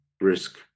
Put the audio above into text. risk